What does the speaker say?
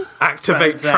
Activate